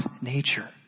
nature